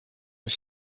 was